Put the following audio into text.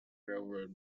railroad